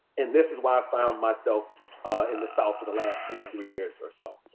and this is why i found myself in the south for the last twenty three years or so.